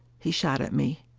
he shot at me.